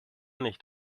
nicht